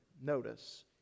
notice